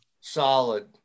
solid